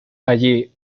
allí